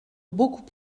beaucoup